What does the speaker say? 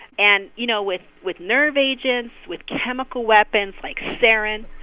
and, you know, with with nerve agents, with chemical weapons, like sarin,